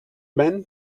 men